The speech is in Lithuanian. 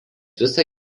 visą